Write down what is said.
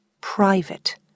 private